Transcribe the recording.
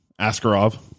Askarov